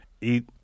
eat